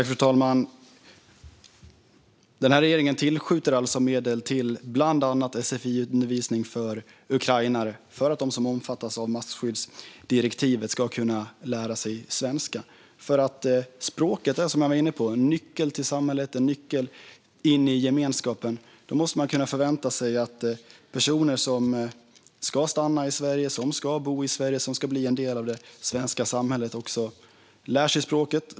Fru talman! Denna regering tillskjuter alltså medel till bland annat sfi-undervisning för ukrainare för att de som omfattas av massflyktsdirektivet ska kunna lära sig svenska. Språket är nämligen, som jag var inne på, en nyckel till samhället och en nyckel in i gemenskapen. Då måste man kunna förvänta sig att personer som ska stanna i Sverige, som ska bo i Sverige och som ska bli en del av det svenska samhället också lär sig språket.